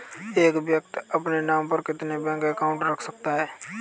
एक व्यक्ति अपने नाम पर कितने बैंक अकाउंट रख सकता है?